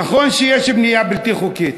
נכון שיש בנייה בלתי חוקית.